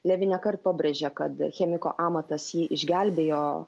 levi nekart pabrėžė kad chemiko amatas jį išgelbėjo